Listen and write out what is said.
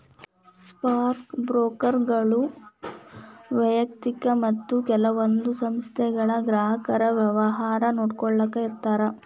stock ಬ್ರೋಕರ್ಗಳು ವ್ಯಯಕ್ತಿಕ ಮತ್ತ ಕೆಲವೊಂದ್ ಸಂಸ್ಥೆಗಳ ಗ್ರಾಹಕರ ವ್ಯವಹಾರ ನೋಡ್ಕೊಳ್ಳಾಕ ಇರ್ತಾರ